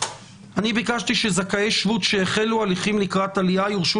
אני ביקשתי מזכאי שבות שהחלו הליכים לקראת עלייה יורשו